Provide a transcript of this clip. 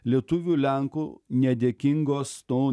lietuvių lenkų nedėkingos to